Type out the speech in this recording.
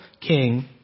king